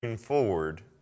forward